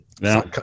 Now